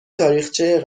تاریخچه